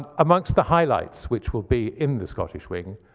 amongst the highlights, which will be in the scottish wing,